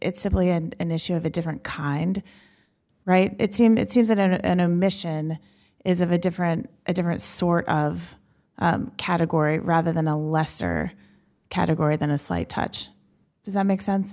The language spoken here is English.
it's simply in an issue of a different kind right it's him it seems that and a mission is of a different a different sort of category rather than a lesser category than a slight touch does that make sense